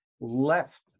left